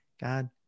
God